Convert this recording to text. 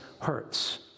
hurts